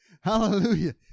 Hallelujah